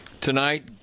tonight